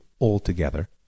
altogether